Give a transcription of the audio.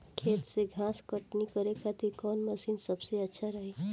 खेत से घास कटनी करे खातिर कौन मशीन सबसे अच्छा रही?